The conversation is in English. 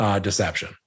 deception